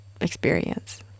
experience